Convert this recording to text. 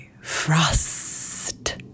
Frost